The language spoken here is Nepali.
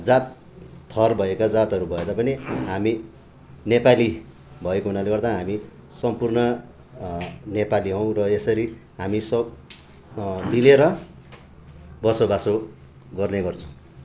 जात थर भएका जातहरू भए तापनि हामी नेपाली भएको हुनाले गर्दा हामी सम्पूर्ण नेपाली हौँ र यसरी हामी सब मिलेर बसोबास गर्ने गर्छौँ